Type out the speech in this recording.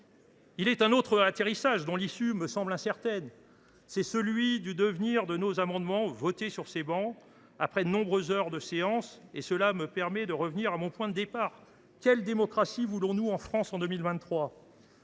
Il est un autre atterrissage dont l’issue me semble incertaine : c’est celui du devenir de nos amendements votés sur ces travées après de nombreuses heures de séance. Cela me permet de revenir à mon point de départ : quelle démocratie voulons nous en France en 2023 ?